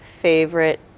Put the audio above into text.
favorite